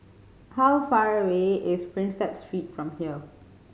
how far away is Prinsep Street from here